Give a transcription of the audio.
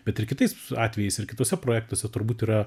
bet ir kitais atvejais ir kituose projektuose turbūt yra